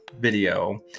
video